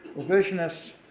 revisionists